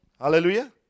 Hallelujah